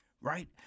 right